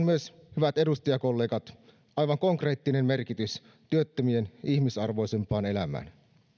myös hyvät edustajakollegat aivan konkreettinen merkitys työttömien ihmisarvoisempaan elämään